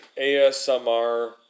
ASMR